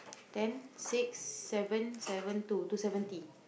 ten six seven seven two two seventy